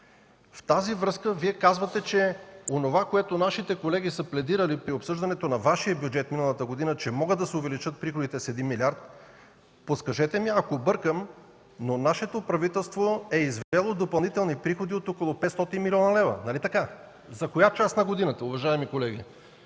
В тази връзка Вие казвате, че онова, което нашите колеги са пледирали при обсъждането на Вашия бюджет миналата година, че могат да се увеличат приходите с 1 милиард, подскажете ми ако бъркам, но нашето правителство е извело допълнителни приходи от около 500 млн. лв. Нали така? За коя част на година, уважаеми колеги?